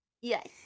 Yes